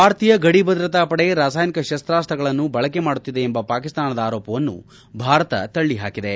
ಭಾರತೀಯ ಗಡಿ ಭದ್ರತಾ ಪಡೆ ರಾಸಾಯನಿಕ ಶಸ್ತಾಸ್ತ್ರಗಳನ್ನು ಬಳಕೆ ಮಾಡುತ್ತಿದೆ ಎಂಬ ಪಾಕಿಸ್ತಾನದ ಆರೋಪವನ್ನು ಭಾರತ ತಳ್ಳಿಹಾಕಿದೆ